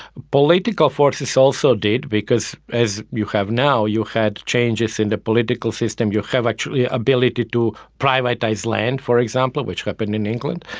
political forces also did because, as you have now you had changes in the political system, you have actually ability to to privatise land, for example, which happened in england.